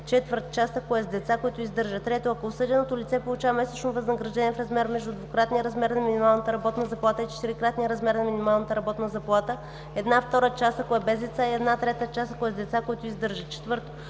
четвърт част, ако е с деца, които издържа; 3. ако осъденото лице получава месечно възнаграждение в размер между двукратния размер на минималната работна залата и четирикратния размер на минималната работна заплата – една втора част, ако е без деца, и една трета част, ако е с деца, които издържа; 4.